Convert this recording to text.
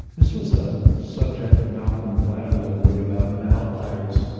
this was a subject that malcolm gladwell wrote about and outliers,